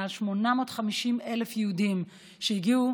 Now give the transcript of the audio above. מעל 850,000 יהודים שיצאו,